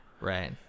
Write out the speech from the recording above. right